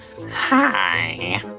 Hi